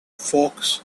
folks